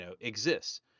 exists